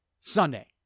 Sunday